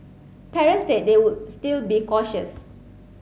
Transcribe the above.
parents said they would still be cautious